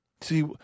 See